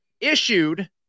issued